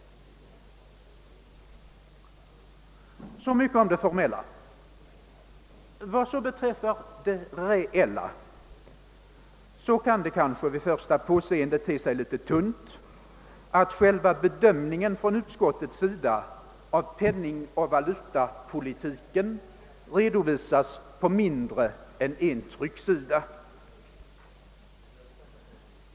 Detta om det formella. Vad sedan beträffar det reella kan det kanske vid första påseendet te sig litet magert att själva bedömningen från utskottets sida av penningoch valutapolitiken redovisas på mindre än en trycksida.